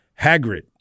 Hagrid